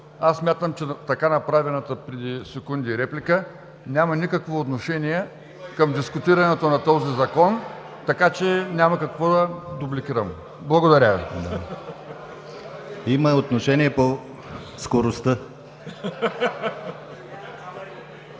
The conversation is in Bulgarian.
Смятам, че така направената преди секунди реплика няма никакво отношение към дискутирането на този Закон, така че няма какво да дупликирам. Благодаря Ви. (Оживление.)